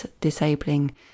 disabling